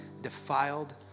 defiled